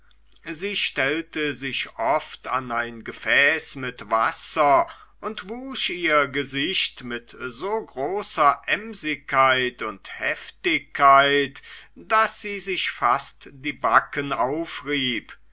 sie stellte sich oft an ein gefäß mit wasser und wusch ihr gesicht mit so großer emsigkeit und heftigkeit daß sie sich fast die backen aufrieb